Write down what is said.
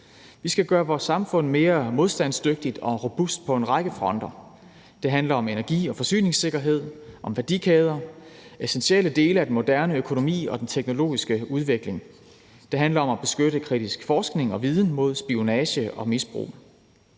Vi skal gøre vores samfund mere modstandsdygtigt og robust på en række fronter. Det handler om energi- og forsyningssikkerhed, om værdikæder, essentielle dele af den moderne økonomi og den teknologiske udvikling. Det handler om at beskytte kritisk forskning og viden mod spionage og misbrug.